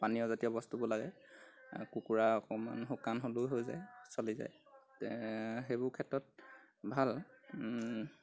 পানীয়জাতীয় বস্তুবোৰ লাগে কুকুৰা অকণমান শুকান হ'লেও হৈ যায় চলি যায় সেইবোৰ ক্ষেত্ৰত ভাল